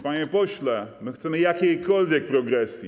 Panie pośle, my chcemy jakiejkolwiek progresji.